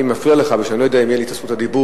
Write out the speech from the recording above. אני מפריע לך כי אני לא יודע אם תהיה לי זכות הדיבור,